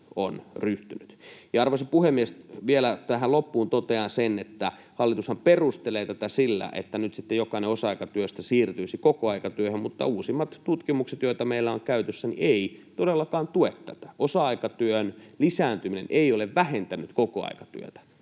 Arvoisa puhemies! Vielä tähän loppuun totean sen, että hallitushan perustelee tätä sillä, että nyt sitten jokainen osa-aikatyöstä siirtyisi kokoaikatyöhön, mutta uusimmat tutkimukset, joita meillä on käytössä, eivät todellakaan tue tätä. Osa-aikatyön lisääntyminen ei ole vähentänyt kokoaikatyötä